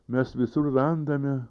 mes visur randame